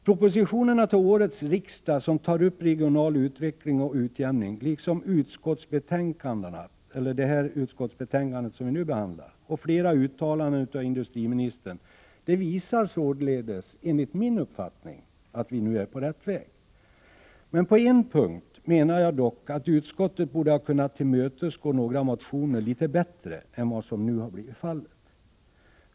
Propositionerna till årets riksmöte som tar upp regional utveckling och utjämning, liksom det utskottsbetänkande som vi nu behandlar samt flera uttalanden av industriministern, visar således enligt min mening att vi nu är på rätt väg. På en punkt menar jag dock att utskottet borde ha kunnat tillmötesgå några motioner litet bättre än vad som nu blivit fallet.